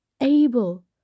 able